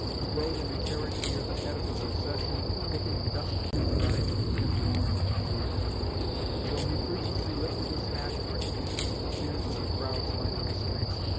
he rode in a carriage near the head of the procession, looking dust-begrimed and worn and weary and though he frequently lifted his hat in recognition of the cheers of the crowds lining the streets,